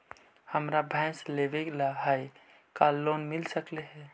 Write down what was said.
हमरा भैस लेबे ल है का लोन मिल सकले हे?